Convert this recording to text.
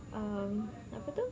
um apa tu